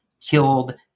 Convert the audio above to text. killed